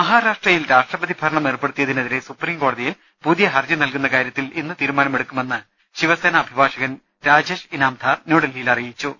മഹാരാഷ്ട്രയിൽ രാഷ്ട്രപതി ഭരണം ഏർപ്പെടുത്തിയതിനെതിരെ സുപ്രീം കോടതിയിൽ പുതിയ ഹർജി നൽകുന്ന കാര്യത്തിൽ ഇന്ന് തീരുമാനമെടുക്കുമെന്ന് ശിവസേന അഭിഭാഷകൻ രാജേഷ് ഇനാംധാർ ന്യൂഡൽഹിയിൽ അറിയിച്ചു